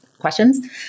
questions